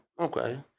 Okay